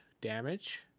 damage